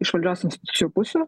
iš valdžios institucijų pusių